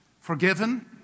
forgiven